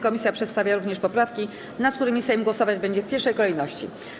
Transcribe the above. Komisja przedstawia również poprawki, nad którymi Sejm głosować będzie w pierwszej kolejności.